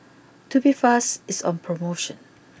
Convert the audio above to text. Tubifast is on promotion